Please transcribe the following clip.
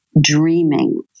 dreaming